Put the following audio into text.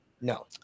No